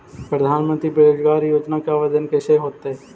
प्रधानमंत्री बेरोजगार योजना के आवेदन कैसे होतै?